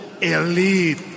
elite